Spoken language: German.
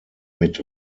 mit